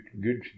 good